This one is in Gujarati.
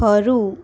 ખરું